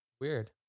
Weird